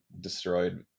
destroyed